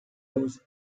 those